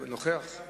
הוא נוכח,